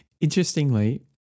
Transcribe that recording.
Interestingly